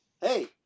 Hey